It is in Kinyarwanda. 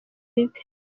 bibi